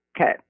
Okay